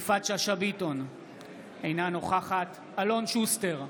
יפעת שאשא ביטון, אינה נוכחת אלון שוסטר,